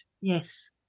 yes